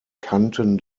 kanten